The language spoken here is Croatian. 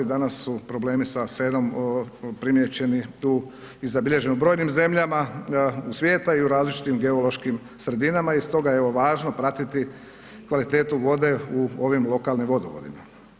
Danas su problemi sa sedrom primijećeni tu i zabilježeni u brojnim zemljama svijeta i u različitim geološkim sredinama i stoga je evo važno pratiti kvalitetu vode u ovim lokalnim vodovodima.